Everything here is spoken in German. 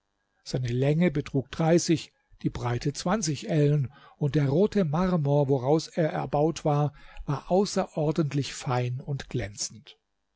seine länge betrug dreißig die breite zwanzig ellen und der rote marmor woraus er erbaut war war außerordentlich fein und glänzend